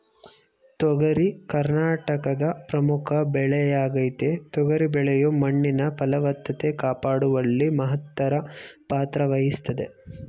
ತೊಗರಿ ಕರ್ನಾಟಕದ ಪ್ರಮುಖ ಬೆಳೆಯಾಗಯ್ತೆ ತೊಗರಿ ಬೆಳೆಯು ಮಣ್ಣಿನ ಫಲವತ್ತತೆ ಕಾಪಾಡುವಲ್ಲಿ ಮಹತ್ತರ ಪಾತ್ರವಹಿಸ್ತದೆ